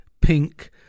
pink